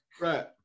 Right